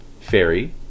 fairy